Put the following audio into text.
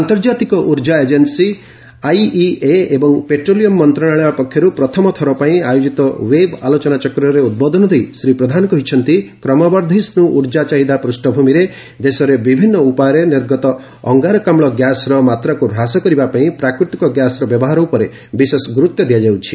ଆନ୍ତର୍ଜାତିକ ଉର୍ଜା agency IEA ଏବଂ ପେଟ୍ରୋଲିୟମ୍ ମନ୍ତ୍ରଣାଳୟ ପକ୍ଷରୁ ପ୍ରଥମ ଥର ପାଇଁ ଆୟୋଜିତ ୱେବ ଆଲୋଚନାଚକ୍ରରେ ଉଦ୍ବୋଧନ ଦେଇ ଶ୍ରୀ ପ୍ରଧାନ କହିଛନ୍ତି କ୍ରମବର୍ଦ୍ଧିଷ୍ଟୁ ଉର୍ଜା ଚାହିଦା ପୃଷଭୂମିରେ ଦେଶରେ ବିଭିନ୍ନ ଉପାୟରେ ନିର୍ଗତ ଅଙ୍ଗାରକାମ୍ ଗ୍ୟାସ୍ର ମାତ୍ରାକୁ ହ୍ରାସ କରିବା ପାଇଁ ପ୍ରାକୃତିକ ଗ୍ୟାସର ବ୍ୟବହାର ଉପରେ ବିଶେଷ ଗୁରୁତ୍ୱ ଦିଆଯାଉଛି